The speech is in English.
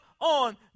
on